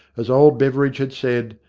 as old beveridge had said,